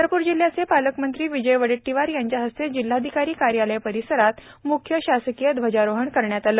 चंद्रपूर जिल्ह्याचे पालकमंत्री विजय वडेट्टीवार यांच्याहस्ते जिल्हाधिकारी कार्यालय परिसरात म्ख्य शासकीय ध्वजारोहण करण्यात आले